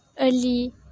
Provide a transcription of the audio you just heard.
early